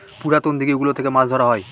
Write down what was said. পুরাতন দিঘি গুলো থেকে মাছ ধরা হয়